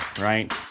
Right